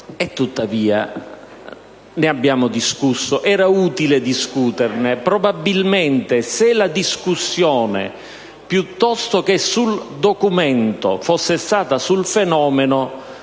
Tuttavia ne abbiamo discusso, era utile discuterne e, probabilmente, se la discussione, piuttosto che sul documento, fosse stata sul fenomeno